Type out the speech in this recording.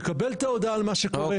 יקבל את ההודעה על מה שקורה.